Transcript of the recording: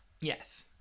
Yes